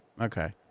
okay